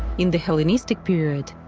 in the hellenistic period,